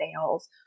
sales